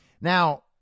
now